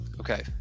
Okay